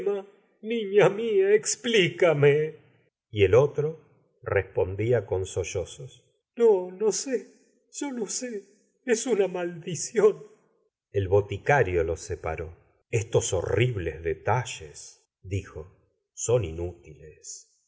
explicame y el otro r espondía con sollozos no no sé y o no sé es una maldición el boticario los separó estos horribles detalles dijo son inútiles